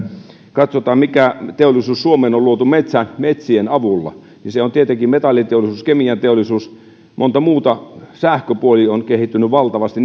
katsotaan mikä teollisuus suomeen on on luotu metsien avulla niin se on tietenkin metalliteollisuus kemianteollisuus ja monta muuta sähköpuoli on kehittynyt valtavasti